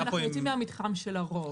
אנחנו כבר יוצאים מהמתחם של הרוב.